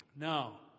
Now